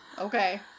Okay